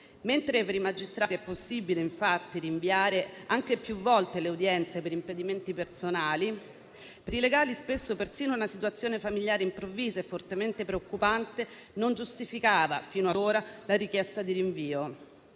Mentre per i magistrati è possibile, infatti, rinviare anche più volte le udienze per impedimenti personali, per i legali spesso persino una situazione familiare improvvisa e fortemente preoccupante non giustificava fino ad ora la richiesta di rinvio.